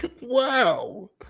Wow